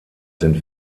sind